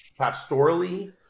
pastorally